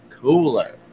cooler